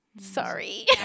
Sorry